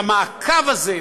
והמעקב הזה,